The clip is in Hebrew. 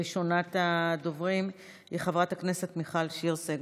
ראשונת הדוברים היא חברת הכנסת מיכל שיר סגמן,